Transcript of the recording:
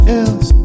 else